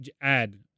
add